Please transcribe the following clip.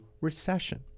recession